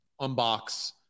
unbox